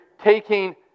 taking